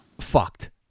fucked